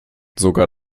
sogar